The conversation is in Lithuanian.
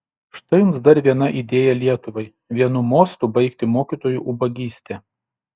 štai jums dar viena idėja lietuvai vienu mostu baigti mokytojų ubagystę